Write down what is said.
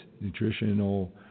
nutritional